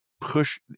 push